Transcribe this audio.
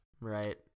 right